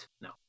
No